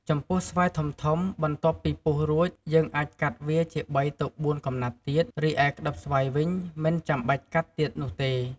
ចំពោះស្វាយធំៗ បន្ទាប់ពីពុះរួច យើងអាចកាត់វាជា ៣ ទៅ ៤ កំណាត់ទៀត រីឯក្តិបស្វាយវិញ មិនចាំបាច់កាត់ទៀតនោះទេ។